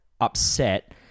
upset